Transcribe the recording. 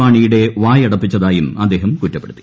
മാണിയുടെ വായടപ്പിച്ചതായും അദ്ദേഹം കുറ്റപ്പെടുത്തി